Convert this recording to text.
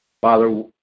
father